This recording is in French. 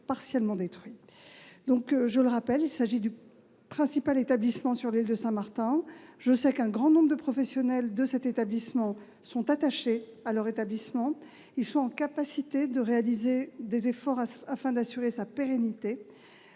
Je le rappelle, il s'agit du principal établissement sur l'île. Je sais qu'un grand nombre de professionnels de cet établissement y sont attachés et qu'ils sont capables de faire des efforts afin d'assurer sa pérennité.